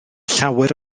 llawer